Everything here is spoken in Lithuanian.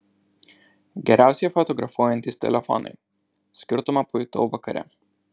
geriausiai fotografuojantys telefonai skirtumą pajutau vakare